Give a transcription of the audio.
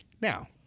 Now